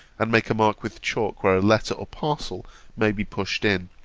and make a mark with chalk where a letter or parcel may be pushed in,